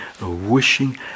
wishing